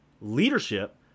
Leadership